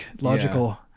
logical